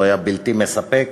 הוא היה בלתי מספק.